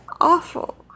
awful